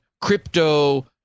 crypto